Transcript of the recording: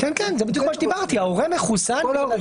ההורה מחוסן והילד לא.